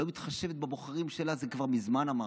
לא מתחשבת בבוחרים שלה, את זה כבר מזמן אמרנו,